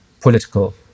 political